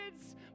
kids